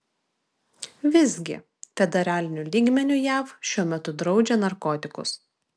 visgi federaliniu lygmeniu jav šiuo metu draudžia narkotikus